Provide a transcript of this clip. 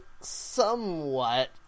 somewhat